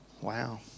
Wow